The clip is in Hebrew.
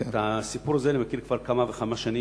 את הסיפור הזה אני מכיר כבר כמה וכמה שנים,